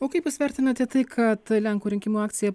o kaip jūs vertinate tai kad lenkų rinkimų akcija